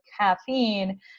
caffeine